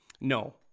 No